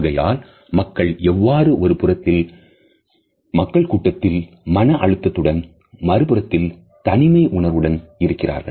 ஆகையால் மக்கள் எவ்வாறு ஒருபுறத்தில் மக்கள் கூட்டத்தில் மன அழுத்தத்துடன் மறுபுறத்தில் தனிமை உணர்வுடனும் இருக்கிறார்கள்